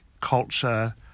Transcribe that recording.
culture